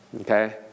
Okay